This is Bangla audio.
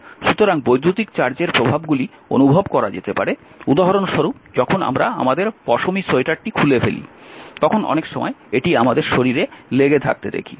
সুতরাং বৈদ্যুতিক চার্জের প্রভাবগুলি অনুভব করা যেতে পারে উদাহরণস্বরূপ যখন আমরা আমাদের পশমী সোয়েটারটি খুলে ফেলি তখন অনেক সময় এটি আমাদের শরীরে লেগে থাকতে দেখি